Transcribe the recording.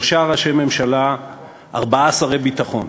שלושה ראשי ממשלה וארבעה שרי ביטחון,